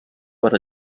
per